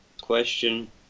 question